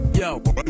yo